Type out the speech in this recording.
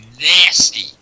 nasty